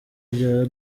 rya